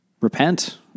repent